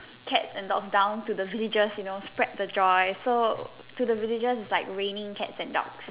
cats and dogs down to the villages you know spread the joy so to the villages its like raining cats and dogs